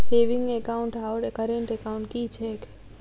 Saving account आओर current account की छैक?